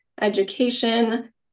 Education